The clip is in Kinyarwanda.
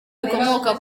rikomoka